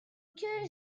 que